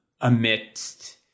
amidst